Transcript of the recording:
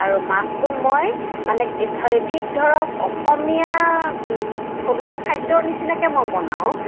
আৰু মাছটো মই মানে ধৰ ঠিক ধৰক অসমীয়া থলুৱা খাদ্যৰ নিচিনাকৈ মই বনাওঁ